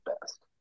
best